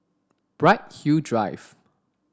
Bright Hill Drive